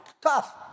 tough